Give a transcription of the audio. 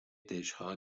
دژها